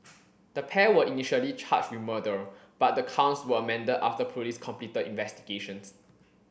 the pair were initially charged with murder but the counts were amended after police completed investigations